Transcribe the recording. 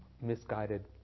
misguided